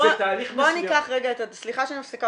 בואו ניקח רגע את הדוגמא הזאת